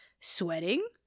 sweating